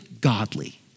godly